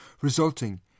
resulting